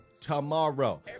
tomorrow